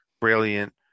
Brilliant